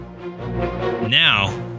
Now